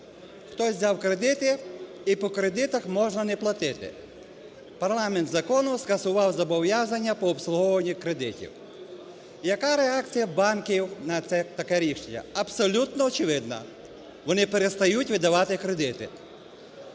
хтось взяв кредити і по кредитах можна не платити, парламент закону скасував зобов'язання по обслуговуванню кредитів. Яка реакція банків на це таке рішення? Абсолютно очевидно, вони перестають видавати кредити.